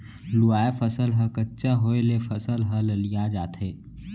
लूवाय फसल ह कच्चा होय ले फसल ह ललिया जाथे